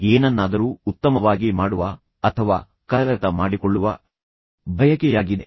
ಇದು ಏನನ್ನಾದರೂ ಉತ್ತಮವಾಗಿ ಮಾಡುವ ಸಮಸ್ಯೆಗಳನ್ನು ಪರಿಹರಿಸುವ ಅಥವಾ ಕರಗತ ಮಾಡಿಕೊಳ್ಳುವ ಬಯಕೆಯಾಗಿದೆ